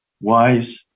wise